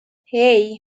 hey